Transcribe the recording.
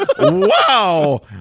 Wow